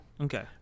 Okay